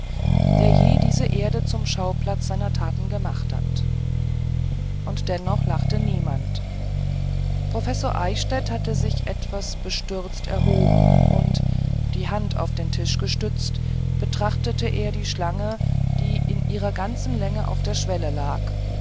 der je diese erde zum schauplatz seiner taten gemacht hat und doch lachte niemand professor eichstädt hatte sich etwas bestürzt erhoben und die hand auf den tisch stützend betrachtete er die schlange die in ihrer ganzen länge auf der schwelle lag